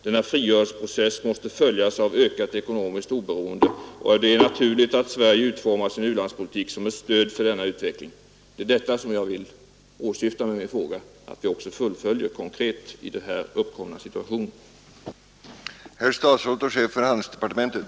Denna frigörelseprocess måste följas av ökat ekonomiskt oberoende, och det är naturligt att Sverige utformar sin u-landspolitik som ett stöd för denna utveckling. Med min fråga åsyftar jag att vi också konkret fullföljer detta i den uppkomna konfliktsituationen.